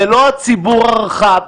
זה לא הציבור הרחב,